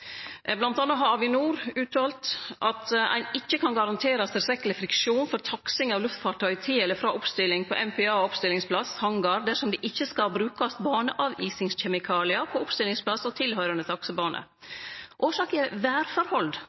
har Avinor uttalt at ein ikkje kan garanterast tilstrekkeleg friksjon for taksing av luftfartøy til eller frå oppstilling på MPA-oppstillingsplass/hangar dersom det ikkje skal brukast baneavisingskjemikaliar på oppstillingsplass og tilhøyrande taksebane. Årsaka er